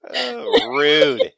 Rude